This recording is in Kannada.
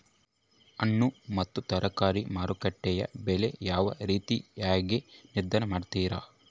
ಹಣ್ಣು ಮತ್ತು ತರಕಾರಿಗಳ ಮಾರುಕಟ್ಟೆಯ ಬೆಲೆ ಯಾವ ರೇತಿಯಾಗಿ ನಿರ್ಧಾರ ಮಾಡ್ತಿರಾ?